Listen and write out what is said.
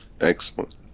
excellent